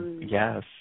Yes